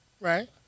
right